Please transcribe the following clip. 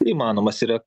įmanomas yra